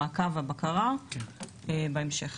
המעקב והבקרה בהמשך.